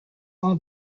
all